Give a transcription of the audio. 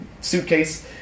suitcase